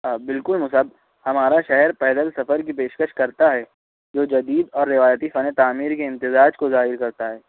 ہاں بالکل مصعب ہمارا شہر پیدل سفر کی پیشکش کرتا ہے جو جدید اور روایتی فنِ تعمیر کے امتزاج کو ظاہر کرتا ہے